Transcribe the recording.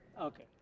Okay